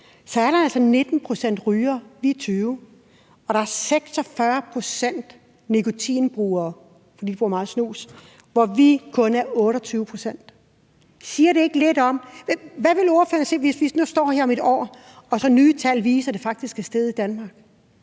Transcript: er der altså 19 pct. rygere, hvor vi er 20 pct.; og der er 46 pct. nikotinbrugere, fordi de bruger meget snus, hvor der kun er 28 pct. her. Siger det ikke lidt om det? Hvad vil ordføreren sige, hvis vi står her om et år og nye tal viser, at forbruget faktisk er steget i Danmark?